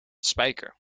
spyker